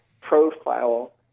profile